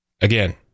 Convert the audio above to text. Again